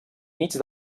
mig